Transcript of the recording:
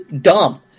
dumb